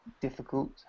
difficult